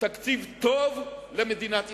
תקציב טוב למדינת ישראל.